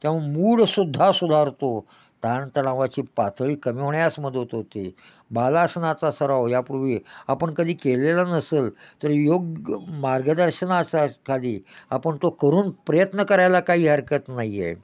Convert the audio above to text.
त्या मूड सुद्धा सुधारतो ताणतणावाची पातळी कमी होण्यास मदत होते बालासनाचा सराव यापूर्वी आपण कधी केलेला नसल तर योग मार्गदर्शनाचा खाली आपण तो करून प्रयत्न करायला काही हरकत नाही आहे